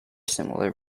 similar